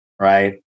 right